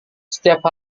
setiap